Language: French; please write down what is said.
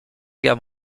guerre